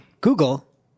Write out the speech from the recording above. Google